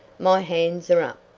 my hands are up.